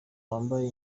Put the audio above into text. wambaye